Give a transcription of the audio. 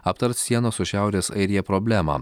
aptars sienos su šiaurės airija problemą